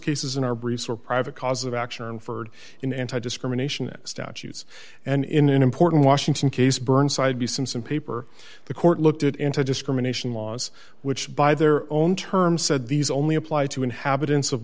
cases in our briefs where private causes of action are inferred in anti discrimination statutes and in an important washington case burnside do some some paper the court looked at anti discrimination laws which by their own terms said these only apply to inhabitants of